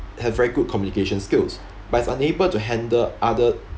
have very good communication skills but is unable to handle other